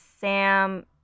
Sam